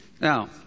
Now